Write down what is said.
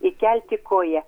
įkelti koją